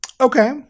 Okay